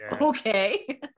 okay